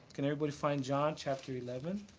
can everybody find john chapter eleven?